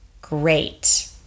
great